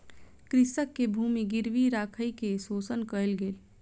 कृषक के भूमि गिरवी राइख के शोषण कयल गेल